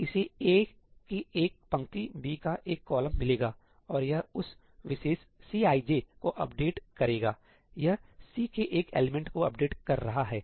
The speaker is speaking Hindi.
तो इसे A की एक पंक्ति B का एक कॉलम मिलेगा और यह उस विशेष Cij को अपडेट करेगायह C के एक एलिमेंटको अपडेट कर रहा है